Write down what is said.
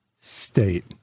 state